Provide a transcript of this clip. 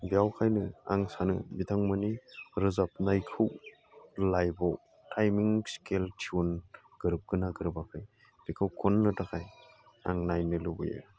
बेनिखायनो आं सानो बिथांमोननि रोजाबनायखौ लाइभआव टाइमिं स्केल टिउन गोरोबदों ना गोरोबाखै बेखौ खननो थाखाय आं नायनो लुबैयो